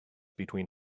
between